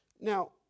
Now